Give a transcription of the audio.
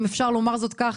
אם אפשר לומר זאת כך,